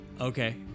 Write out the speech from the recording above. Okay